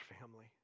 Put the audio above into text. family